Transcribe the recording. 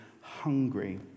hungry